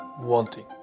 wanting